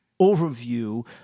overview